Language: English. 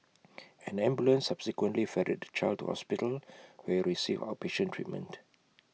an ambulance subsequently ferried the child to hospital where he received outpatient treatment